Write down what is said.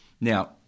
Now